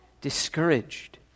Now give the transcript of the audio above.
discouraged